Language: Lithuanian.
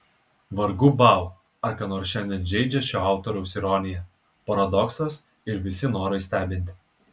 vargu bau ar ką nors šiandien žeidžia šio autoriaus ironija paradoksas ir visi norai stebinti